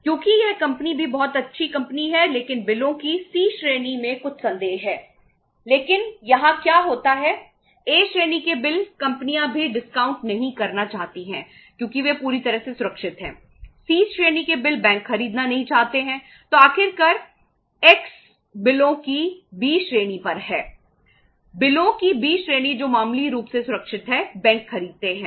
क्योंकि यह कंपनी भी बहुत अच्छी कंपनी है लेकिन बिलों की सी श्रेणी जो मामूली रूप से सुरक्षित है बैंक खरीदते हैं